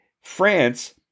France